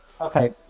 Okay